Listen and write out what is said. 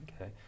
Okay